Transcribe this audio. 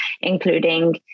including